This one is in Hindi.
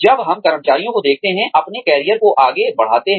जब हम कर्मचारियों को देखते हैं अपने करियर को आगे बढ़ाते हैं